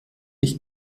ich